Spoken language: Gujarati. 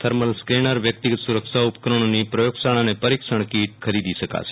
થર્મલ સ્કેનર વ્યક્તિગત સુ રક્ષા ઉપકરણોની પ્રયોગશાળા અને પરીક્ષણ કીટ ખરીદી શકશે